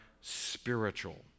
spiritual